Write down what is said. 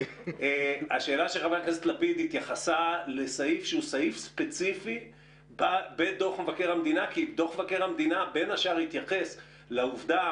חבר הכנסת לפיד התייחסה לסעיף בדוח מבקר המדינה כי דוח זה התייחס לעובדה